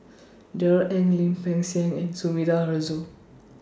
Darrell Ang Lim Peng Siang and Sumida Haruzo